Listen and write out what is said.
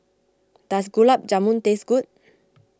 does Gulab Jamun taste good